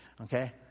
Okay